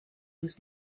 was